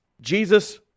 Jesus